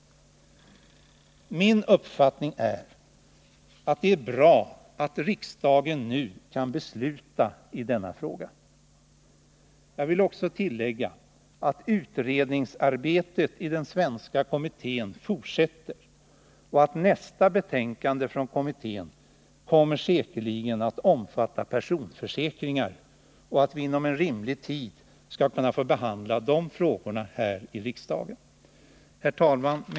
Min uppfattning är att det är bra att riksdagen nu kan besluta i denna fråga. Jag vill tillägga att utredningsarbetet i den svenska kommittén fortsätter. Nästa betänkande från kommittén kommer säkerligen att omfatta personförsäkringar, och inom en rimlig tid skall vi kunna behandla de frågorna här i riksdagen. Herr talman!